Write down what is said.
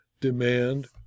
demand